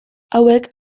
hauek